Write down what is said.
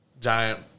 giant